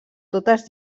totes